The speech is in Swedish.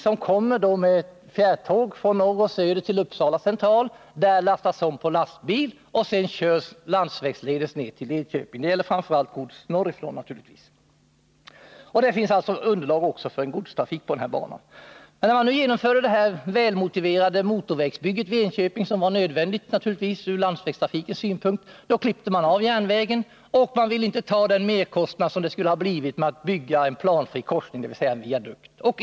Godset kommer med fjärrtåg från norr och söder — naturligtvis framför allt från norr — till Uppsala central, lastas där om på lastbil och körs landsvägsledes till Enköping. När man gjorde det välmotiverade motorvägsbygget vid Enköping — det var naturligtvis nödvändigt ur landsvägstrafikens synpunkt — klippte man av järnvägen, eftersom man inte ville ta den merkostnad det skulle ha inneburit att bygga en planfri korsning, dvs. en viadukt.